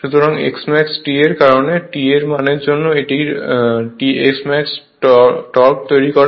সুতরাং Smax T এর কারনে T এর মানের জন্য এটির Smax টর্ক তৈরি করে